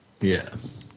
Yes